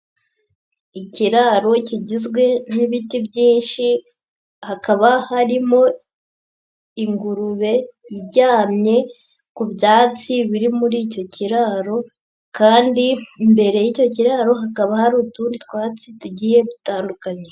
Ikiraro kigizwe n'ibiti byinshi, hakaba harimo ingurube iryamye ku byatsi biri muri icyo kiraro, kandi imbere y'icyo kiraro hakaba hari utundi twatsi tugiye dutandukanye.